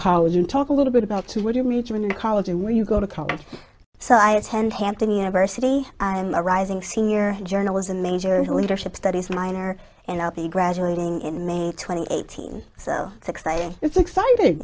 college and talk a little bit about what you major in your college and where you go to college so i attend hampton university and a rising senior journalism major leadership studies minor and i'll be graduating in may twenty eight thousand so it's exciting it's excit